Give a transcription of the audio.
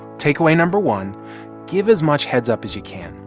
takeaway number one give as much heads-up as you can.